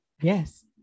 Yes